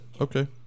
Okay